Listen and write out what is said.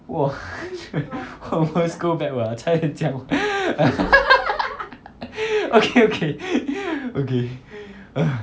!wah! almost go back !wah! 差一点讲 okay okay okay ugh